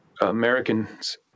Americans